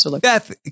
Beth